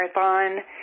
marathon